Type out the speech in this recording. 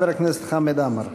חבר הכנסת חמד עמאר.